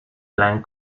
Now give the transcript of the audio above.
blank